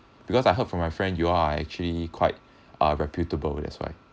because I heard from my friend you all are actually quite are reputable that's why